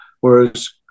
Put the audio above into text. Whereas